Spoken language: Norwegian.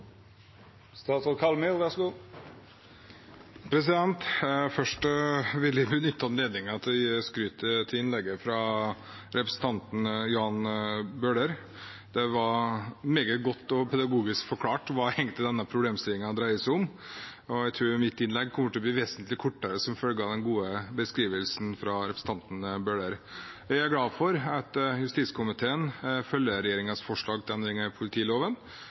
Først vil jeg benytte anledningen til å gi skryt til representanten Jan Bøhler for hans innlegg. Det forklarte på en meget god og pedagogisk måte hva denne problemstillingen egentlig dreier seg om, og jeg tror mitt innlegg kommer til å bli vesentlig kortere som følge av den gode beskrivelsen fra representanten Bøhler. Det jeg er glad for, er at justiskomiteen følger regjeringens forslag til endringer i politiloven,